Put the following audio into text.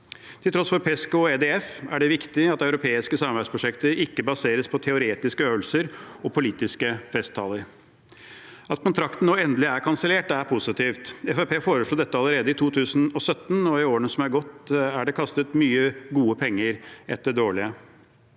europeiske forsvarsfondet, er det viktig at europeiske samarbeidsprosjekter ikke baseres på teoretiske øvelser og politiske festtaler. At kontrakten nå endelig er kansellert, er positivt. Fremskrittspartiet foreslo dette allerede i 2017, og i årene som er gått, er det kastet mye gode penger etter dårlige.